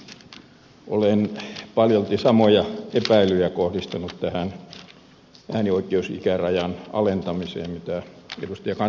olen paljolti samoja epäilyjä kohdistanut tähän äänioikeusikärajan alentamiseen kuin mitä ed